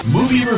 Movie